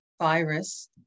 virus